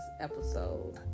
episode